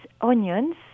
onions